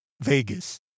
Vegas